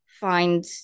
find